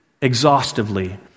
exhaustively